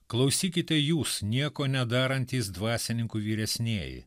klausykite jūs nieko nedarantys dvasininkų vyresnieji